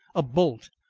a bolt,